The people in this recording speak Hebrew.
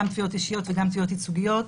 גם תביעות אישיות וגם תביעות ייצוגיות,